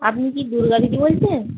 আপনি কি দুর্গা দিদি বলছেন